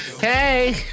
Hey